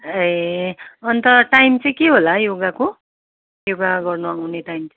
ए अन्त टाइम चाहिँ के होला योगाको योगा गर्नु आउने टाइम